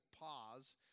pause